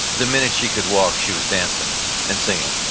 the minute she could walk, she was dancing and singing.